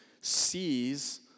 sees